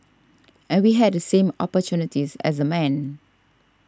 and we had the same opportunities as the men